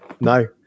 no